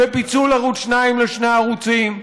בפיצול ערוץ 2 לשני ערוצים.